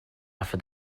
هفته